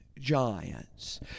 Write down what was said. Giants